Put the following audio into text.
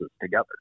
together